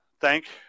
thank